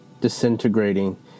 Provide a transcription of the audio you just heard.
disintegrating